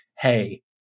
hey